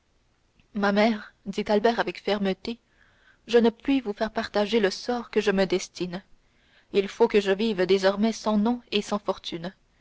ma mère dit albert avec fermeté je ne puis vous faire partager le sort que je me destine il faut que je vive désormais sans nom et sans fortune